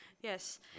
Yes